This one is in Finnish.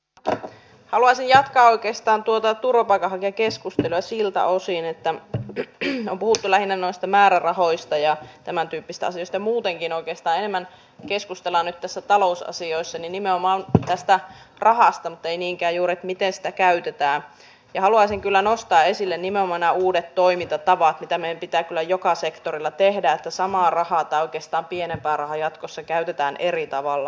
tätä haluaisin ja oikeiston tuota turvapaikanhakijakeskustelua siltä osin että lihavuus tällainen nosto määrärahoista ja tämäntyyppistä asiasta muutenkin uudesta enemmän keskustellaan nyt talousasioissa nimenomaan tästä rahasta ei niinkään juuri niteistä käytetään ja haluaisin kyllä nostaa esille nimenomana uudet toimintatavat mitä ne pitää kyllä joka sektorilla tehdä samaa rahaa tautista pienen varaa jatkossa käytetään eri tavalla